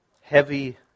heavy